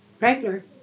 Regular